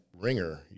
ringer